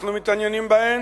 אנחנו מתעניינים בהן,